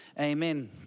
Amen